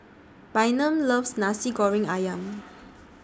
Bynum loves Nasi Goreng Ayam